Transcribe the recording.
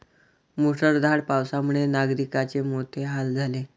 मुसळधार पावसामुळे नागरिकांचे मोठे हाल झाले